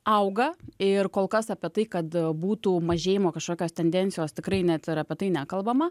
auga ir kol kas apie tai kada būtų mažėjimo kažkokios tendencijos tikrai net ir apie tai nekalbama